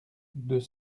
deux